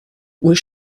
was